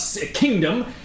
kingdom